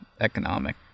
economic